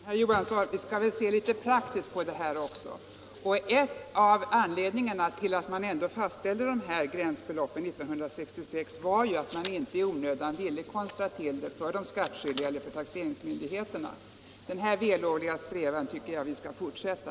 Herr talman! Vi bör väl se lite praktiskt på den här frågan också, herr Johansson i Jönköping. En av anledningarna till att man år 1966 fastställde dessa beloppsgränser var att man inte i onödan ville konstra till det för de skattskyldiga och taxeringsmyndigheterna. Med den vällovliga strävan tycker jag att vi skall fortsätta.